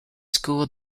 school